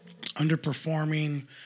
underperforming